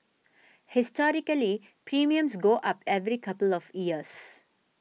historically premiums go up every couple of years